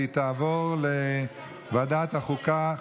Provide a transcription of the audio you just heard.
והיא תעבור לוועדת החוקה,